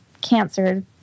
cancer